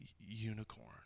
unicorn